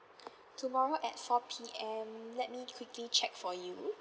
tomorrow at four P_M let me quickly check for you